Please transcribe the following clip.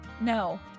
No